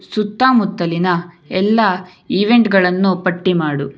ಸುತ್ತಮುತ್ತಲಿನ ಎಲ್ಲ ಈವೆಂಟ್ಗಳನ್ನು ಪಟ್ಟಿಮಾಡು